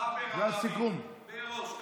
הוא בסוף